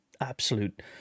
absolute